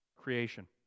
creation